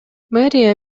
мэрия